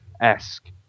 esque